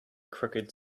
crooked